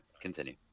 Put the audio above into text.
Continue